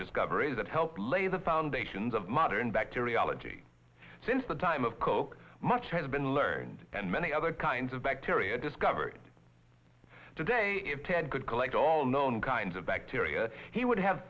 discoveries that helped lay the foundations of modern bacteriology since the time of koch much has been learned and many other kinds of bacteria discovered today if ted could collect all known kinds of bacteria he would have